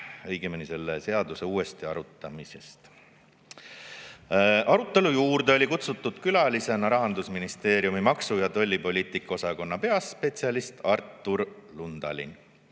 õigemini selle seaduse uuesti arutamist. Arutelu juurde oli kutsutud külalisena Rahandusministeeriumi maksu- ja tollipoliitika osakonna peaspetsialist Artur Lundalin. Lihtsalt